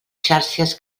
xàrcies